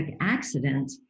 accident